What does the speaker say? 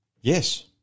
Yes